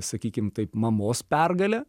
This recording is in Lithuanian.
sakykim taip mamos pergale